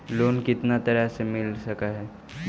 Loan कितना तरह से मिल सक है?